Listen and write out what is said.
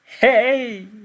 Hey